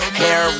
hair